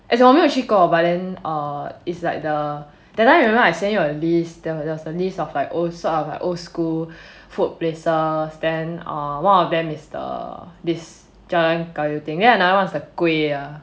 as in 我没有去过 but then err it's like the that time remember I send you a list there's a list of like old sort of like old school food places then err one of them is err this jalan kayu thing then another one is sort of the kueh ya